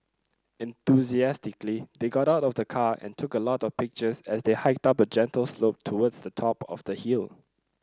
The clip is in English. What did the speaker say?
enthusiastically they got out of the car and took a lot of pictures as they hiked up a gentle slope towards the top of the hill